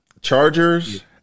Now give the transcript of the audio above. Chargers